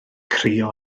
crio